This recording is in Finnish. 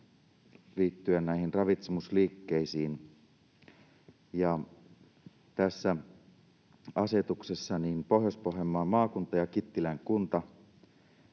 liittyen ravitsemusliikkeisiin. Tässä asetuksessa Pohjois-Pohjanmaan maakunta ja Kittilän kunta